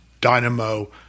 dynamo